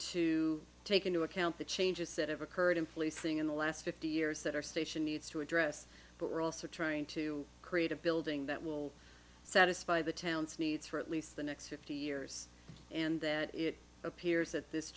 to take into account the changes that have occurred in policing in the last fifty years that our station needs to address but we're also trying to create a building that will satisfy the town's needs for at least the next fifty years and that it appears at this